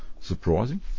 Surprising